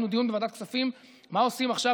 יש לנו דיון בוועדת הכספים: מה עושים עכשיו